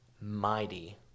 mighty